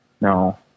no